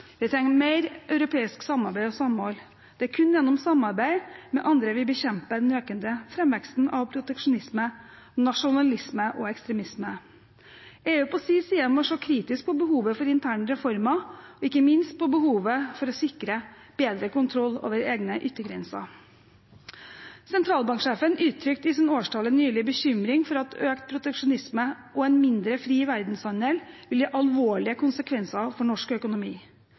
Vi trenger mer europeisk samarbeid og samhold. Det er kun gjennom samarbeid med andre vi bekjemper den økende framveksten av proteksjonisme, nasjonalisme og ekstremisme. EU på sin side må se kritisk på behovet for interne reformer, ikke minst behovet for å sikre bedre kontroll over egne yttergrenser. Sentralbanksjefen uttrykte i sin årstale nylig bekymring for at økt proteksjonisme og en mindre fri verdenshandel gir alvorlige konsekvenser for norsk økonomi.